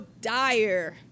dire